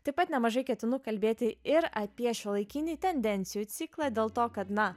taip pat nemažai ketinu kalbėti ir apie šiuolaikinį tendencijų ciklą dėl to kad na